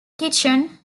kitchen